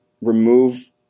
remove